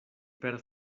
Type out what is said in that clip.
per